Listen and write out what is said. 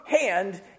hand